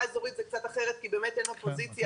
אזורית זה קצת אחרת כי באמת אין אופוזיציה